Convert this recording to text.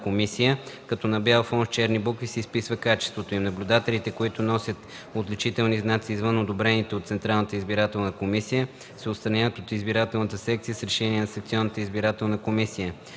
като на бял фон с черни букви се изписва качеството им. Наблюдателите, които носят отличителни знаци извън одобрените от Централната избирателна комисия, се отстраняват от избирателната секция с решение на